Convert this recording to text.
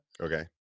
Okay